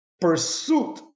pursuit